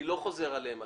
אני לא חוזר עליהן.